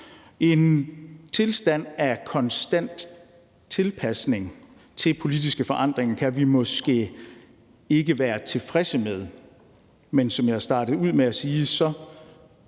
En tilstand af konstant tilpasning til politiske forandringer kan vi måske ikke være tilfredse med, men som jeg startede med at sige,